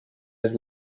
his